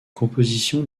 composition